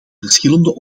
verschillende